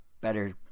better